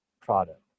product